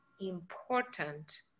important